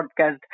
podcast